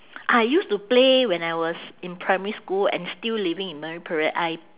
I used to play when I was in primary school and still living in marine parade I